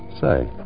Say